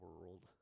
world